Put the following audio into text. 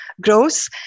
grows